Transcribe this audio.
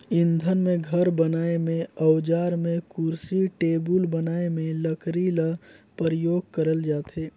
इंधन में, घर बनाए में, अउजार में, कुरसी टेबुल बनाए में लकरी ल परियोग करल जाथे